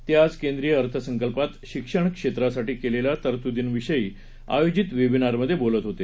ते आज केंद्रीय अर्थसंकल्पात शिक्षणक्षेत्रासाठी केलेल्या तरतुदींविषयी आयोजित वेबिनारमधे बोलत होते